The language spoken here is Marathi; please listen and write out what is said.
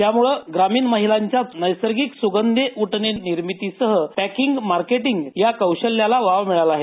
त्यामुळे ग्रामीण महिलांच्या नैसर्गिक सुगंधी उटणे निर्मितीसह पॅकिंग मार्केटींग या कौशल्याला वाव मिळाला आहे